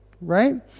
Right